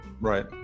Right